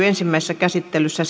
ensimmäisessä käsittelyssä